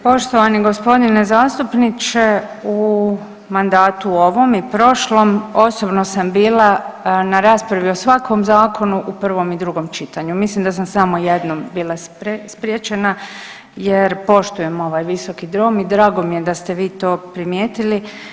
Poštovani g. zastupniče, u mandatu ovom i prošlom osobno sam bila na raspravi o svakom zakonu u prvom i drugom čitanju, mislim da sam samo jednom bila spriječena jer poštujem ovaj Visoki dom i drago mi je da ste vi to primijetili.